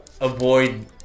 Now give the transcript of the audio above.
avoid